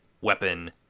weapon